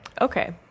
Okay